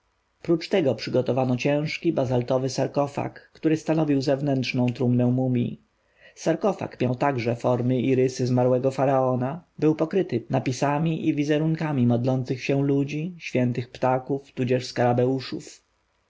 prócz tego przygotowano ciężki bazaltowy sarkofag który stanowił zewnętrzną trumnę mumji sarkofag miał także formy i rysy zmarłego faraona był pokryty napisami i wizerunkami modlących się ludzi świętych ptaków tudzież skarabeuszów